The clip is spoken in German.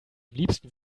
liebsten